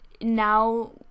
now